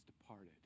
departed